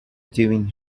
doing